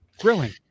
Grilling